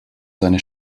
seine